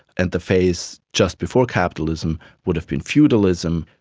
and the phase just before capitalism would have been feudalism.